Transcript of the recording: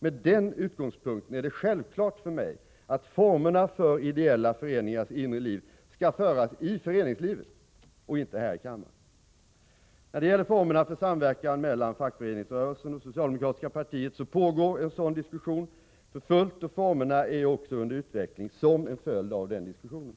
Med den utgångspunkten är det självklart för mig att diskussionen om formerna för ideella föreningars inre liv skall föras i föreningslivet och inte här i kammaren. När det gäller formerna för samverkan mellan fackföreningsrörelsen och det socialdemokratiska partiet pågår en sådan diskussion för fullt, och formerna är också under utveckling som en följd av den diskussionen.